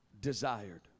desired